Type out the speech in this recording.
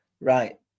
Right